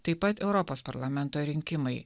taip pat europos parlamento rinkimai